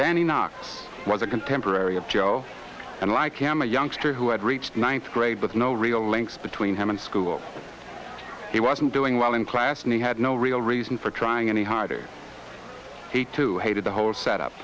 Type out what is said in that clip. danny knox was a contemporary of joe and like him a youngster who had reached ninth grade but no real links between him and school he wasn't doing well in class and he had no real reason for trying any harder he too hated the whole set up